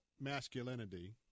masculinity